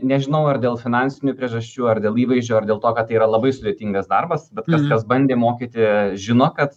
nė nežinau ar dėl finansinių priežasčių ar dėl įvaizdžio ar dėl to kad tai yra labai sudėtingas darbas tas kas bandė mokyti žino kad